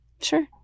Sure